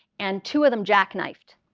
and two of them jackknifed.